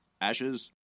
ashes